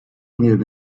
live